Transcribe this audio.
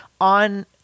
on